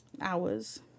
Hours